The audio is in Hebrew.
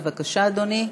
בבקשה, אדוני.